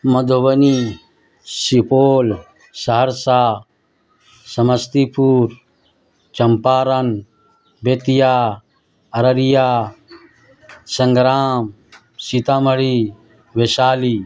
Madhubani Supaul Saharsa Samastipur Champaran Bettiah Araria Sangram Sitamarhi Vaishali